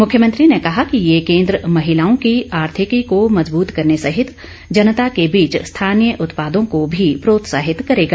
मुख्यमंत्री ने कहा कि ये केन्द्र महिलाओं की आर्थिकी को मजबूत करने सहित जनता के बीच स्थानीय उत्पादों को भी प्रोत्साहित करेगा